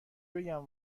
بگم